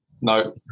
No